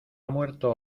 muerto